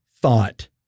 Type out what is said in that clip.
thought